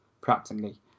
practically